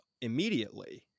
immediately